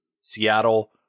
Seattle